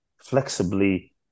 flexibly